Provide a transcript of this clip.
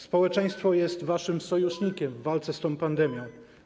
Społeczeństwo jest waszym sojusznikiem w walce z tą pandemią.